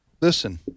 listen